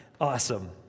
Awesome